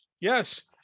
Yes